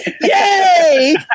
Yay